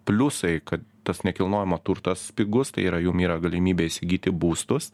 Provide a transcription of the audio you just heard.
pliusai kad tas nekilnojama turtas pigus tai yra jum yra galimybė įsigyti būstus